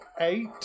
eight